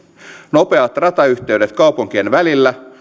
nopeat ratayhteydet kaupunkien välillä